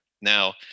Now